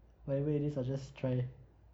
whatever it is I'll just try